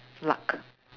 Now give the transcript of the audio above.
luck